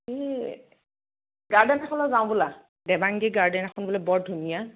এই গাৰ্ডেন এখনলৈ যাওঁ ব'লা দেৱাংগী গাৰ্ডেন এখন বোলে বৰ ধুনীয়া